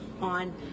on